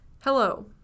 Hello